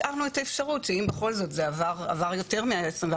השארנו את האפשרות שאם בכל זאת עבר יותר מ-24